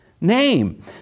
name